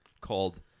called